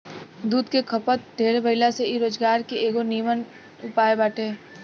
दूध के खपत ढेरे भाइला से इ रोजगार के एगो निमन उपाय बाटे